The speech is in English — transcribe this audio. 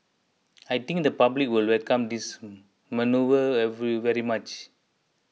I think the public will welcome this manoeuvre very much